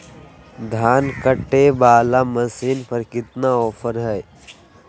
धान कटे बाला मसीन पर कतना ऑफर हाय?